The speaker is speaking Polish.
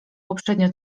poprzednio